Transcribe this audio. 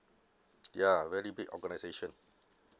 ya very big organisation